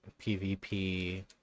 PvP